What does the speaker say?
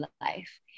life